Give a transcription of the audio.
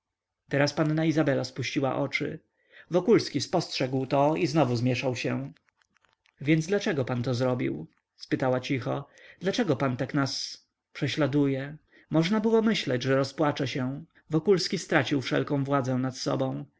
teraz panna izabela spuściła oczy wokulski spostrzegł to i znowu zmieszał się więc dlaczego pan to zrobił spytała cicho dlaczego pan tak nas prześladuje można było myśleć że rozpłacze się wokulski stracił wszelką władzę nad sobą